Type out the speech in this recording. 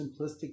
simplistic